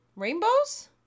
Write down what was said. rainbows